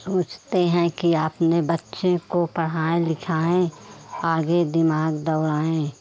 सोचते हैं कि आपने बच्चे को पढ़ाएँ लिखाएँ आगे दिमाग़ दौड़ाएँ